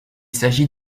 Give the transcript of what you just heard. s’agit